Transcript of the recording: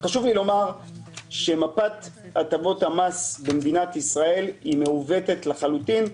חשוב לי לומר שמפת הטבות המס במדינת ישראל מעוותת לחלוטין.